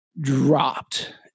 dropped